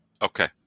Okay